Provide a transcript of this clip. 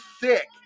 thick